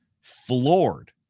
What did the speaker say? floored